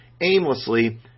aimlessly